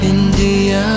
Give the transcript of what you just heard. India